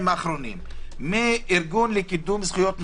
האחרונים מארגון לקידום זכויות נכים,